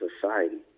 society